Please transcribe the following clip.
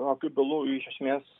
tokių bylų iš esmės